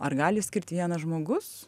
ar gali išskirt vienas žmogus